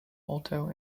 alto